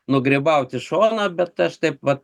nugrybaut šoną bet aš taip vat